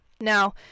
Now